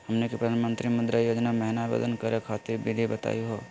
हमनी के प्रधानमंत्री मुद्रा योजना महिना आवेदन करे खातीर विधि बताही हो?